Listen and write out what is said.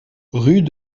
rue